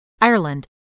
Ireland